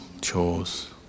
chores